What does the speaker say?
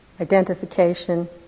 identification